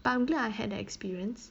but I'm glad I had that experience